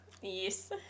Yes